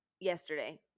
yesterday